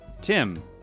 Tim